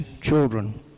children